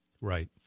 Right